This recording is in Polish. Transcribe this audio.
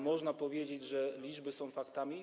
Można powiedzieć, że liczby są faktami.